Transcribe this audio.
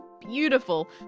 beautiful